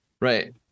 Right